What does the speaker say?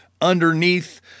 underneath